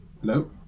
Hello